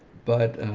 but,